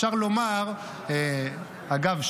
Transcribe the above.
אגב,